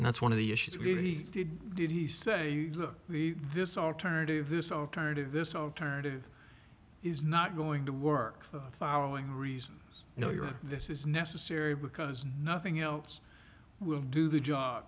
and that's one of the issues really did he say look this alternative this alternative this alternative is not going to work for the following reasons you know you're this is necessary because nothing else would do the job